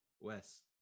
Wes